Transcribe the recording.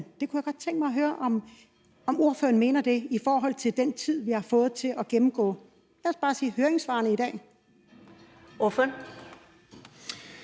Det kunne jeg godt tænke mig at høre om ordføreren mener set i lyset af den tid, vi har fået til at gennemgå, lad os bare sige høringssvarene i dag. Kl.